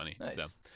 Nice